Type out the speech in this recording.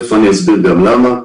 אני אסביר למה.